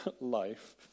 life